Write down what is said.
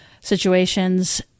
situations